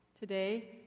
today